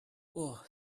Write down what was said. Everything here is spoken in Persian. اوه